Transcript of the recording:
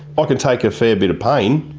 ah can take a fair bit of pain.